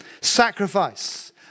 Sacrifice